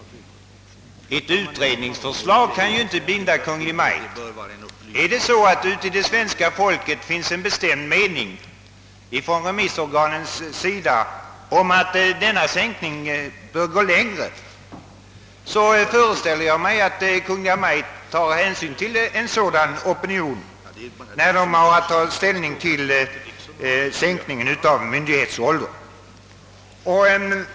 Ett utredningsförslag kan ju inte binda Kungl. Maj:t. Har det svenska folket en viss mening — uttryckt genom remissorganen — om att denna sänkning bör gå längre, föreställer jag mig att Kungl. Maj:t tar hänsyn till en sådan opinion, när Kungl. Maj:t har att ta ställning till en sänkning av myndighetsåldern.